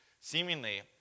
Seemingly